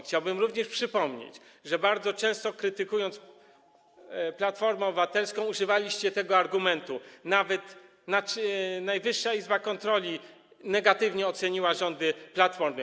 Chciałbym również przypomnieć, że bardzo często, krytykując Platformę Obywatelską, używaliście tego argumentu: Nawet Najwyższa Izba Kontroli negatywnie oceniła rządy Platformy.